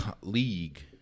league